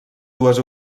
dues